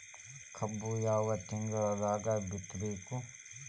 ಕಬ್ಬು ಯಾವ ತಿಂಗಳದಾಗ ಬಿತ್ತಬೇಕು?